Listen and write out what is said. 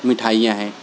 مٹھائیاں ہیں